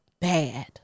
bad